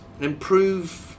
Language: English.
improve